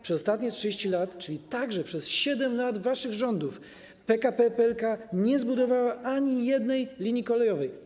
Przez ostatnie 30 lat, czyli także przez 7 lat waszych rządów, PKP PLK nie zbudowało ani jednej linii kolejowej.